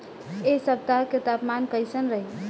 एह सप्ताह के तापमान कईसन रही?